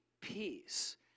peace